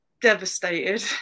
devastated